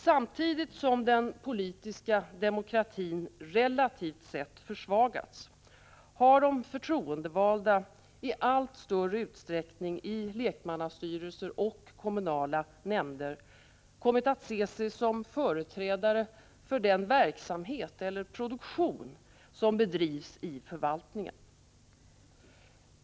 Samtidigt som den politiska demokratin relativt sett har försvagats, har de förtroendevalda i lekmannastyrelser och kommunala nämnder i allt större utsträckning kommit att se sig som företrädare för den verksamhet eller produktion som bedrivs i förvaltningen.